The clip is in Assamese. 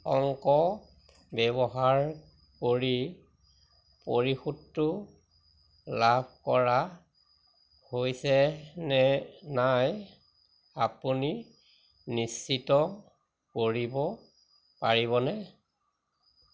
অংক ব্যৱহাৰ কৰি পৰিশোধটো লাভ কৰা হৈছেনে নাই আপুনি নিশ্চিত কৰিব পাৰিবনে